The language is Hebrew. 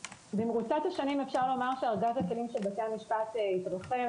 במרוצת השנים אפשר לומר שארגז הכלים של בתי המשפט התרחב.